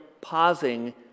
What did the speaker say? pausing